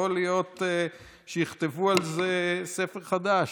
יכול להיות שיכתבו על זה ספר חדש,